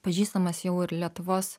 pažįstamas jau ir lietuvos